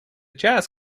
jazz